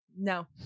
no